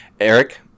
Eric